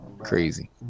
crazy